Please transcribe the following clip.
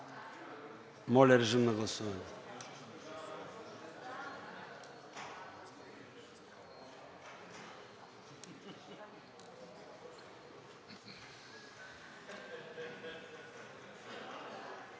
Моля, режим на гласуване.